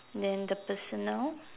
then the personal